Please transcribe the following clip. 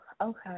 okay